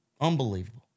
Unbelievable